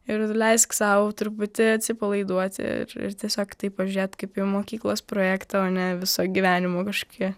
ir leisk sau truputį atsipalaiduoti ir ir tiesiog į tai pažiūrėt kaip į mokyklos projektą o ne viso gyvenimo kažkokį